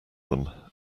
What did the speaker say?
them